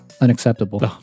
Unacceptable